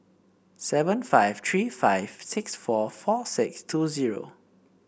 seven five three five six four four six two zero